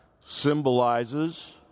symbolizes